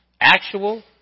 actual